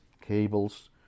cables